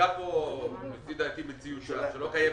הוצגה פה לדעתי מציאות שלא קיימת,